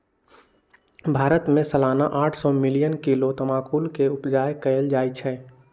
भारत में सलाना आठ सौ मिलियन किलो तमाकुल के उपजा कएल जाइ छै